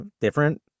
different